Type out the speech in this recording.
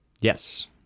Yes